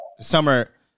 Summer